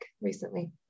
recently